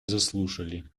заслушали